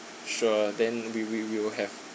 sure then we we we'll have